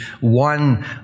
one